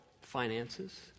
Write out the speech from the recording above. finances